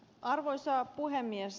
arvoisa puhemies